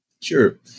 Sure